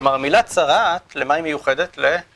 והמילה צרעת למה היא מיוחדת?